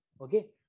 Okay